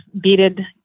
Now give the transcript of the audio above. beaded